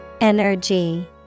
Energy